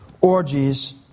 orgies